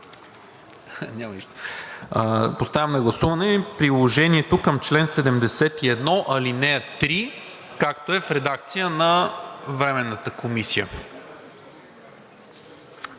място ще поставя на гласуване приложението към чл. 71, ал. 3, както е в редакция на Временната комисия.